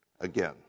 again